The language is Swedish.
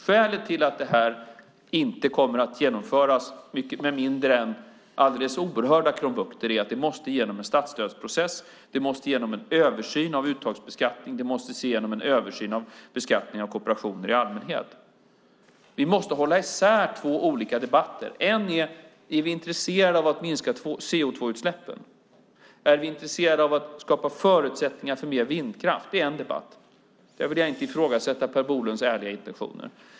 Skälet till att detta inte kommer att genomföras med mindre än alldeles oerhörda krumbukter är att det måste genom en statsstödsprocess, att det måste genom en översyn av uttagsbeskattning och att det måste genom en översyn av beskattning av kooperationer i allmänhet. Vi måste hålla isär två olika debatter. En debatt gäller om vi är intresserade av att minska CO2-utsläppen. Är vi intresserade av att skapa förutsättningar för mer vindkraft? Där vill jag inte ifrågasätta Per Bolunds ärliga intentioner.